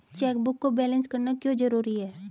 Chequebook को balance करना क्यों जरूरी है?